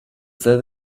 that